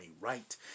right